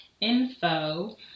info